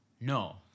No